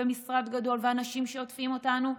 ומשרד גדול ואנשים שעוטפים אותנו,